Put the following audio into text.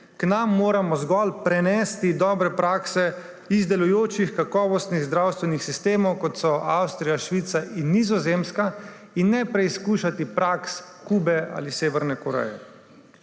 K nam moramo zgolj prenesti dobre prakse iz delujočih kakovostnih zdravstvenih sistemov, kot so Avstrija, Švica in Nizozemska, in ne preizkušati praks Kube ali Severne Koreje.